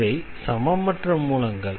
இவை சமமற்ற மூலங்கள்